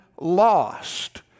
lost